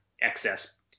excess